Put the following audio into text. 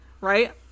Right